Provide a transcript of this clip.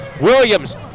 Williams